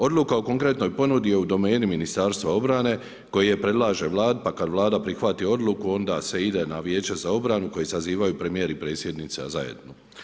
Odluka o konkretnoj ponudi je u domeni Ministarstva obrane koji je predlaže Vladi pa kada Vlada prihvati odluku onda se ide na Vijeće za obranu koju sazivaju premijer i predsjednica zajedno.